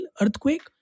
earthquake